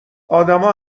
آدما